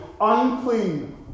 unclean